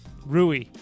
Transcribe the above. Rui